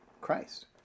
Christ